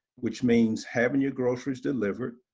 which means, having your groceries delivered,